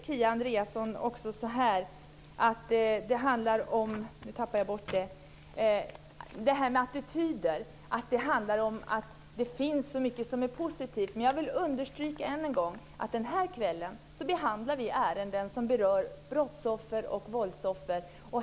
Kia Andreasson säger när det gäller detta med attityder att det finns så mycket som är positivt. Men jag vill än en gång understryka att i kväll behandlar vi ärenden som berör brottsoffer och våldsoffer.